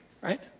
Right